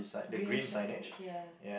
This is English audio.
green shirt and it's here